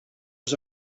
was